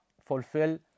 fulfill